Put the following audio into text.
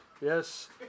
Yes